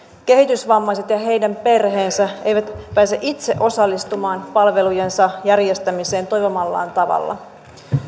kehitysvammaiset ja heidän perheensä eivät pääse itse osallistumaan palvelujensa järjestämiseen toivomallaan tavalla